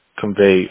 convey